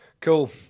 Cool